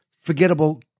forgettable